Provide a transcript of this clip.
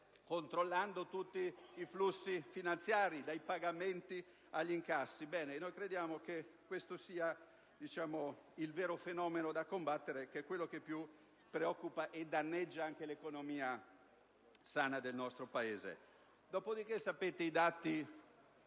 controllo di tutti i flussi finanziari, dai pagamenti agli incassi. Ebbene, noi crediamo che sia questo il vero fenomeno da combattere, quello che più preoccupa e danneggia l'economia sana del nostro Paese.